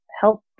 help